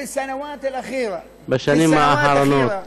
בשנים האחרונות